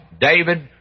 David